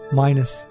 minus